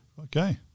Okay